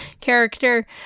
character